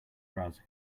browser